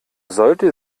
sollte